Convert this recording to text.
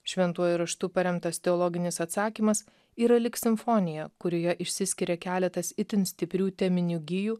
šventuoju raštu paremtas teologinis atsakymas yra lyg simfonija kurioje išsiskiria keletas itin stiprių teminių gijų